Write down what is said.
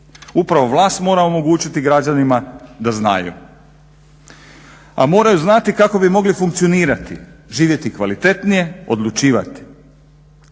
Upravo vlast mora omogućiti građanima da znaju. A moraju znati kako bi mogli funkcionirati, živjeti kvalitetnije, odlučivati.